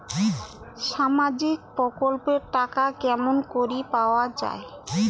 সামাজিক প্রকল্পের টাকা কেমন করি পাওয়া যায়?